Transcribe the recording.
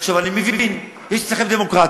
אני מבין, יש אצלכם דמוקרטיה.